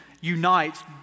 unites